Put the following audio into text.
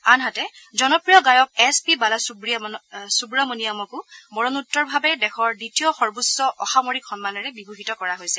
আনহাতে জনপ্ৰিয় গায়ক এছ পি বালা সুব্ৰমণিয়ামক মৰণোত্তৰভাৱে দেশৰ দ্বিতীয় সৰ্বোচ্চ অসামৰিক সন্মানেৰে বিভ়ষিত কৰা হৈছে